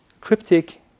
cryptic